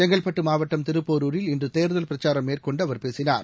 செங்கல்பட்டு மாவட்டம் திருப்போரூரில் இன்று தேர்தல் பிரச்சாரம் மேற்கொண்டு அவர் பேசினார்